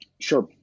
Sure